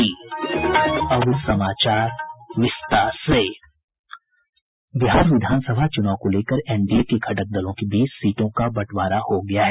बिहार विधानसभा चूनाव को लेकर एनडीए के घटक दलों के बीच सीटों का बंटवारा हो गया है